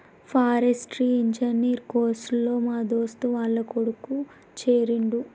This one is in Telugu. ఫారెస్ట్రీ ఇంజనీర్ కోర్స్ లో మా దోస్తు వాళ్ల కొడుకు చేరిండు